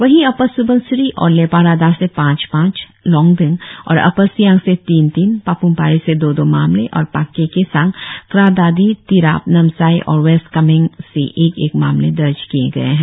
वहीं अपर सुबनसिरी और लेपारादा से पांच पांच लोंगडिंग और अपर सियांग से तीन तीन पापुमपारे से दो दो मामले और पाक्के केसांग क्रा दादी तिराप नामसाई और वेस्ट कामेंग से एक एक मामले दर्ज किया गया है